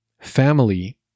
family